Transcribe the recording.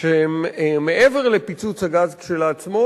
שמעבר לפיצוץ הגז כשלעצמו.